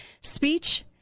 speech